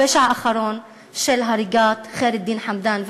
הפשע האחרון של הריגת ח'יר א-דין חמדאן.